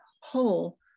whole